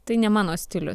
tai ne mano stilius